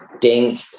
Dink